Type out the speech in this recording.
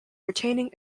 retaining